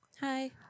Hi